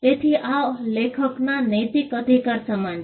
તેથી આ લેખકના નૈતિક અધિકાર સમાન છે